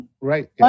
right